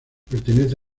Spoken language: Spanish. pertenece